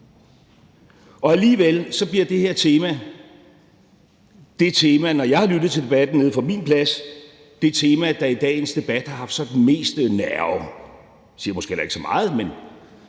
og alligevel bliver det her tema det tema, som, når jeg har lyttet til debatten nede fra min plads, i dagens debat har haft sådan mest nerve. Det siger måske heller ikke så meget, men